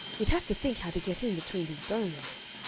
you'd have to think how to get in between his bones.